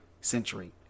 century